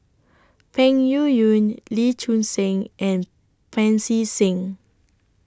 Peng Yuyun Lee Choon Seng and Pancy Seng